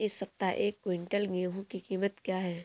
इस सप्ताह एक क्विंटल गेहूँ की कीमत क्या है?